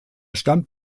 stammt